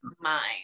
mind